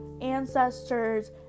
ancestors